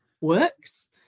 works